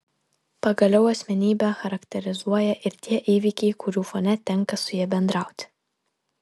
pagaliau asmenybę charakterizuoja ir tie įvykiai kurių fone tenka su ja bendrauti